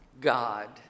God